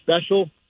special